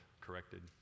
corrected